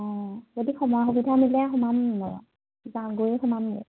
অঁ যদি সময় সুবিধা মিলে সোমামনে বাৰু গৈয়ে সোমাম